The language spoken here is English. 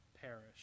perish